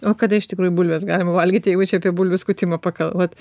o kada iš tikrųjų bulves galima valgyt jeigu čia apie bulvių skutimo pakal vat